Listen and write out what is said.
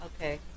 okay